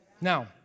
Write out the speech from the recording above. Now